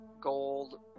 gold